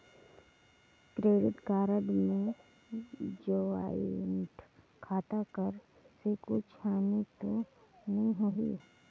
Credit card मे joint खाता कर से कुछ हानि तो नइ होही?